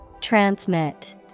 Transmit